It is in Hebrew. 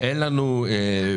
אין לנו פערים,